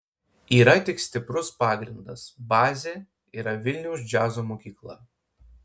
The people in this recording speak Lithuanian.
yra tik stiprus pagrindas bazė yra vilniaus džiazo mokykla